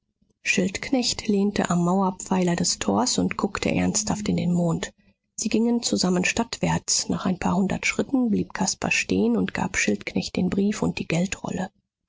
schildknecht lehnte am mauerpfeiler des tors und guckte ernsthaft in den mond sie gingen zusammen stadtwärts nach ein paar hundert schritten blieb caspar stehen und gab schildknecht den brief und die geldrolle